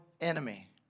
enemy